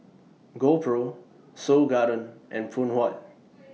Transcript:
GoPro Seoul Garden and Phoon Huat